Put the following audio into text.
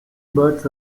births